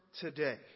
today